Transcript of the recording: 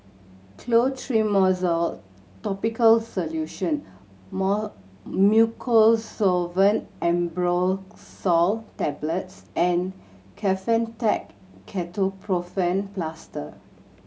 Clotrimozole Topical Solution more Mucosolvan Ambroxol Tablets and Kefentech Ketoprofen Plaster